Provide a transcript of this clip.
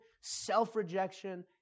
self-rejection